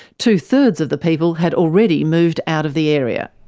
two thirds of the people had already moved out of the area.